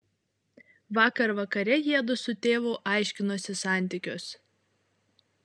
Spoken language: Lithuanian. vakar vakare jiedu su tėvu aiškinosi santykius